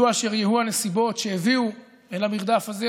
יהיו אשר יהיו הנסיבות שהביאו אל המרדף הזה,